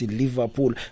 liverpool